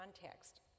context